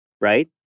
right